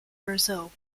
brazil